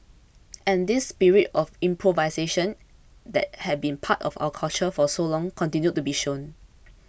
and this spirit of improvisation that had been part of our culture for so long continued to be shown